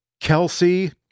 Kelsey